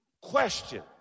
Question